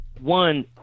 one